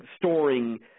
storing